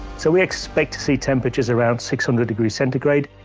so we expect to see temperatures around six hundred degrees centigrade.